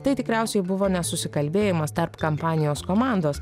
tai tikriausiai buvo nesusikalbėjimas tarp kampanijos komandos